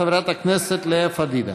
חברת הכנסת לאה פדידה.